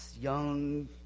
young